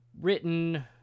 written